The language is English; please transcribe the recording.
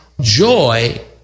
joy